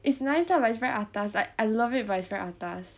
it's nice lah but it's very atas like I love it but it's very atas